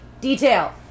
detail